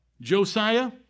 Josiah